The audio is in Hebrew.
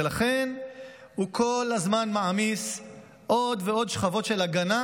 ולכן הוא כל הזמן מעמיס עוד ועוד שכבות של הגנה,